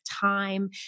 time